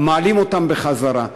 מעלים אותן בחזרה.